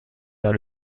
vers